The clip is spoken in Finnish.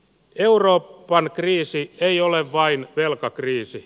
euroopan kriisi ei ole vain velkakriisi